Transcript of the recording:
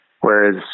Whereas